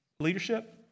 leadership